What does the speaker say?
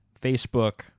Facebook